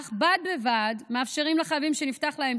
אך בד בבד מאפשרים לחייבים שנפתח להם